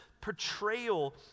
portrayal